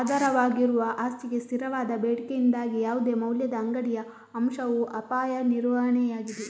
ಆಧಾರವಾಗಿರುವ ಆಸ್ತಿಗೆ ಸ್ಥಿರವಾದ ಬೇಡಿಕೆಯಿಂದಾಗಿ ಯಾವುದೇ ಮೌಲ್ಯದ ಅಂಗಡಿಯ ಅಂಶವು ಅಪಾಯ ನಿರ್ವಹಣೆಯಾಗಿದೆ